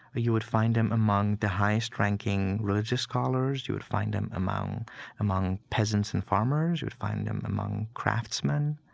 you would find them among the highest-ranking religious scholars, you would find them among among peasant and farmers. you'd find them among craftsmen,